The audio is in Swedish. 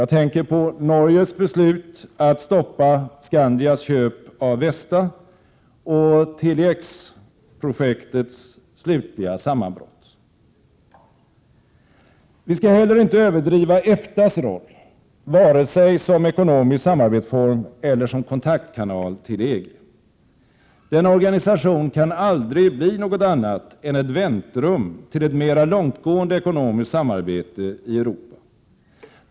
Jag tänker på Norges beslut att stoppa Skandias köp av Vesta och Tele-X projektets slutliga sammanbrott. Vi skall inte heller överdriva EFTA:s roll, vare sig som ekonomisk samarbetsform eller som kontaktkanal till EG. Denna organisation kan aldrig bli något annat än ett väntrum till ett mera långtgående ekonomiskt samarbete i Europa.